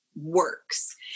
works